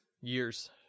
Years